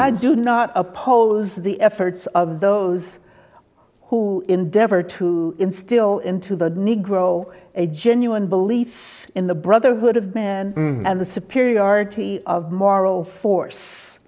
i do not oppose the efforts of those who endeavor to instill into the negro a genuine belief in the brotherhood of man and the superiority of moral force